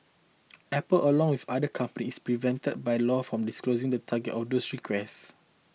Apple along with other companies prevented by law from disclosing the targets of those requests